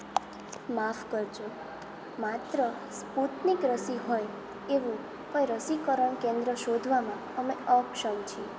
માફ કરજો માત્ર સ્ફૂત્નીક રસી હોય એવું કોઇ રસીકરણ કેન્દ્ર શોધવામાં અમે અક્ષમ છીએ